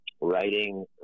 writing